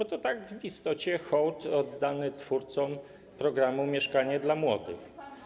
Dlatego że to w istocie hołd oddany twórcom programu „Mieszkanie dla młodych”